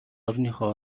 орныхоо